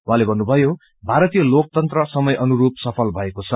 उहाँले भन्नुभयो भारतीय लोकतन्त्र समय अनुरूप सफल भएको छ